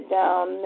down